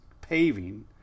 paving